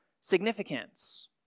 significance